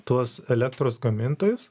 tuos elektros gamintojus